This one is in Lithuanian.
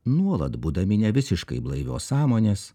nuolat būdami ne visiškai blaivios sąmonės